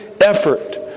effort